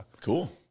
Cool